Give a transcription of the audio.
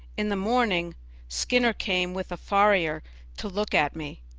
in the morning skinner came with a farrier to look at me.